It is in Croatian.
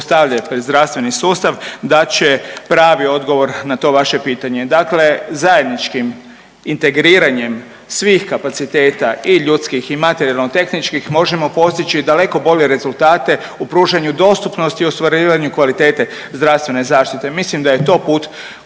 postavljaju pred zdravstveni sustav dat će pravi odgovor na to vaše pitanje. Dakle, zajedničkim integriranjem svih kapaciteta i ljudskih i materijalno-tehničkih možemo postići daleko bolje rezultate u pružanju dostupnosti u ostvarivanju kvalitete zdravstvene zaštite. Mislim da je to put kojim